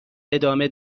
ادامه